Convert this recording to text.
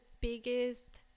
biggest